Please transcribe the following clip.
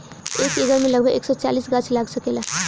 एक एकड़ में लगभग एक सौ चालीस गाछ लाग सकेला